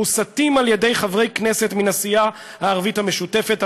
המוסתים על ידי חברי כנסת מן הסיעה הערבית המשותפת.